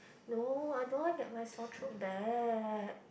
no I don't want get my sore throat back